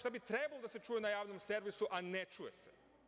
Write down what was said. Šta bi trebalo da se čuje na javnom servisu, a ne čuje se?